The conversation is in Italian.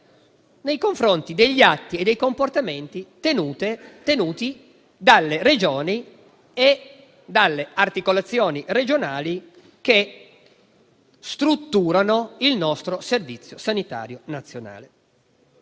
nei confronti degli atti e dei comportamenti tenuti dalle Regioni e dalle articolazioni regionali che strutturano il nostro Servizio sanitario nazionale.